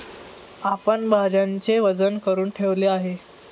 आपण भाज्यांचे वजन करुन ठेवले आहे